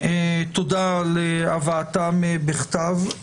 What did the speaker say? תודה על הבאתם בכתב.